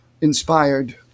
inspired